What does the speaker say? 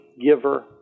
giver